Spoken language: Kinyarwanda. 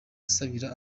asabira